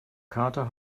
kater